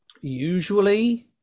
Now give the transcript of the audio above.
Usually